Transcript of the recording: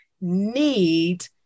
need